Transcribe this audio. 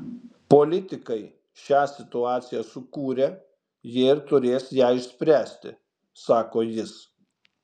politikai šią situaciją sukūrė jie ir turės ją išspręsti sako jis